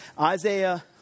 Isaiah